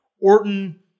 Orton